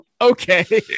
okay